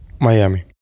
Miami